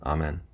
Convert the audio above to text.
Amen